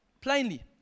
plainly